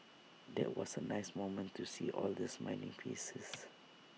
that was A nice moment to see all the smiling faces